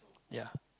ya